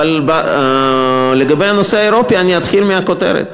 אבל לגבי הנושא האירופי אני אתחיל מהכותרת.